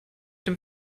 dem